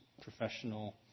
professional